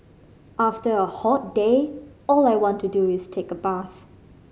after a hot day all I want to do is take a bath